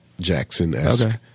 Jackson-esque